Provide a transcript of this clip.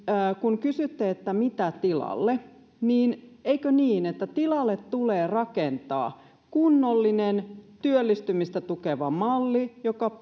kun kysytte että mitä tilalle niin eikö niin että tilalle tulee rakentaa kunnollinen työllistymistä tukeva malli joka